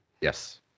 Yes